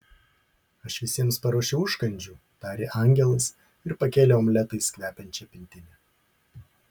aš visiems paruošiau užkandžių tarė angelas ir pakėlė omletais kvepiančią pintinę